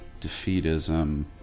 defeatism